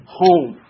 home